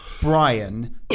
Brian